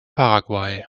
paraguay